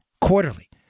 quarterly